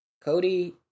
Cody